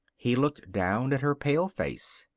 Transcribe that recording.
he looked down at her pale face.